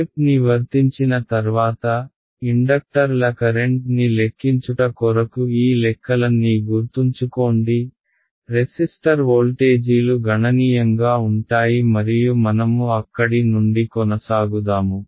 step ని వర్తించిన తర్వాత ఇండక్టర్ ల కరెంట్ ని లెక్కించుట కొరకు ఈ లెక్కలన్నీ గుర్తుంచుకోండి రెసిస్టర్ వోల్టేజీలు గణనీయంగా ఉంటాయి మరియు మనము అక్కడి నుండి కొనసాగుదాము